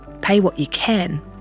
pay-what-you-can